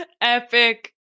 Epic